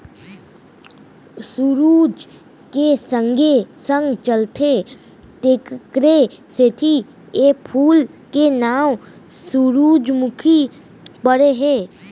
सुरूज के संगे संग चलथे तेकरे सेती ए फूल के नांव सुरूजमुखी परे हे